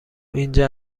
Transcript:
اینجا